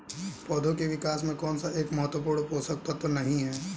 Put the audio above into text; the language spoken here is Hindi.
पौधों के विकास में कौन सा एक महत्वपूर्ण पोषक तत्व नहीं है?